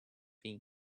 hiv